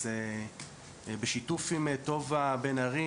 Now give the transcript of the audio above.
אז בשיתוף עם טובה בן ארי,